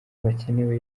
bakenewe